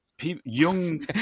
young